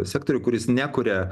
sektorių kuris nekuria